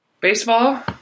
Baseball